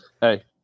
Hey